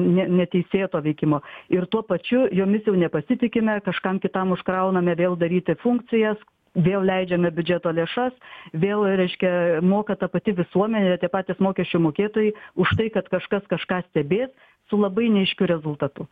ne neteisėto veikimo ir tuo pačiu jomis jau nepasitikime kažkam kitam užkrauname vėl daryti funkcijas vėl leidžiame biudžeto lėšas vėl reiškia moka ta pati visuomenė tie patys mokesčių mokėtojai už tai kad kažkas kažką stebės su labai neaiškiu rezultatu